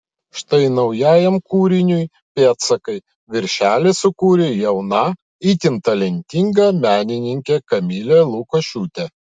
štai naujajam kūriniui pėdsakai viršelį sukūrė jauna itin talentinga menininkė kamilė lukošiūtė